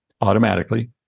automatically